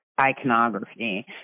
iconography